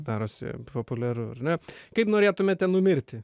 darosi populiaru ar ne kaip norėtumėte numirti